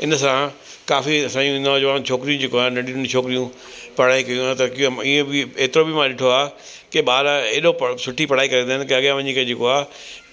इन सां काफ़ी असांजियूं नौजवान छोकिरी जेको आहे नंढी नंढी छोकिरियूं पढ़ाई कयूं त कीअं ईअं बि एतिरो बि मां ॾिठो आ की ॿार अहिड़ो पढ़ सुठी पढ़ाई करे वेंदा आहिनि की अॻियां वञी करे जेको आहे